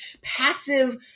passive